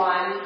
One